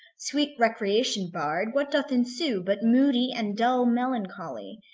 sweet recreation barr'd, what doth ensue but moody and dull melancholy,